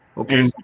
Okay